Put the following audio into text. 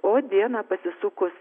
o dieną pasisukus